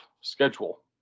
schedule